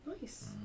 Nice